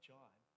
John